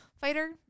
fighter